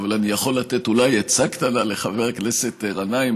אבל אני יכול לתת אולי עצה קטנה לחבר הכנסת גנאים.